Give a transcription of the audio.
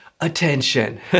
attention